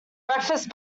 breakfast